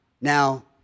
Now